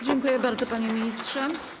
Dziękuję bardzo, panie ministrze.